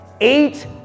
Eight